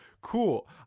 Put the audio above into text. cool